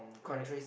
correct